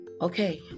Okay